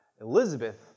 Elizabeth